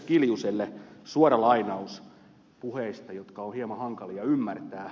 kiljuselle puheista jotka ovat hieman hankalia ymmärtää